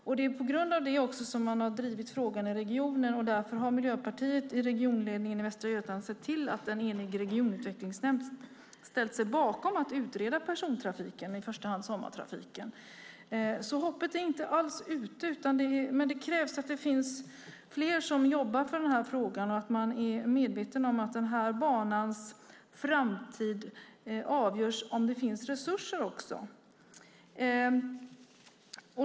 Det är också på grund av det som man har drivit frågan i regionen, och därför har Miljöpartiet i regionledningen i Västra Götaland sett till att en enig regionutvecklingsnämnd har ställt sig bakom att utreda persontrafiken, i första hand sommartrafiken. Hoppet är inte alls ute, men det krävs att fler jobbar för frågan och att man är medveten om att banans framtid också avgörs av om det finns resurser.